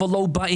אבל לא באים.